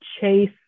chase